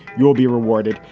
you'll be rewarded.